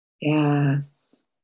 Yes